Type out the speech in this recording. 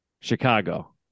Chicago